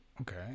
Okay